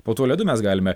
po tuo ledu mes galime